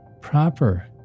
proper